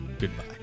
goodbye